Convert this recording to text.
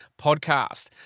podcast